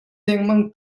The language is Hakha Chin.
lengmang